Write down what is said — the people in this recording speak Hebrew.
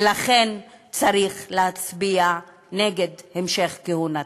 ולכן צריך להצביע נגד המשך כהונתה.